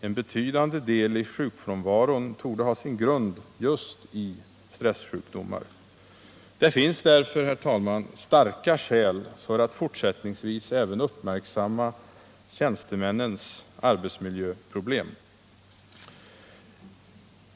En betydande del av sjukfrånvaron torde ha sin grund just i stressjukdomar. Det finns därför, herr talman, starka skäl för att fortsättningsvis mera uppmärksamma även tjänstemännens arbetsmiljöproblem.